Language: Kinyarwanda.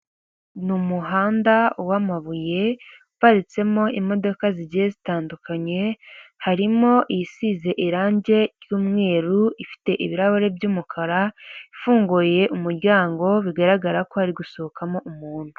Ni umuhanda w'amabuye; uparitsemo imodoka zigiye zitandukanye harimo isize irangi ry'umweru, ifite ibirahuri by'umukara: ifunguye umuryango bigaragara ko hari gusohokamo umuntu.